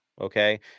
Okay